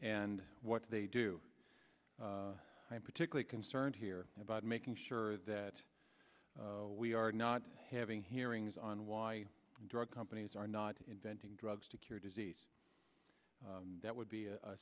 and what they do i'm particularly concerned here about making sure that we are not having hearings on why drug companies are not inventing drugs to cure disease that would be a